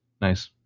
Nice